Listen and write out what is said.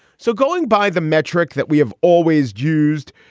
so going by the metric that we have always used,